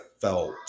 felt